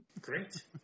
Great